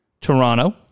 Toronto